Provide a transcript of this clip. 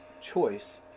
choice